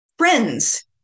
Friends